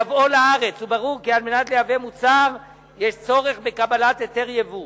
לייבאו לארץ וברור כי על מנת לייבא מוצר יש צורך בקבלת היתר יבוא.